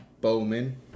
Bowman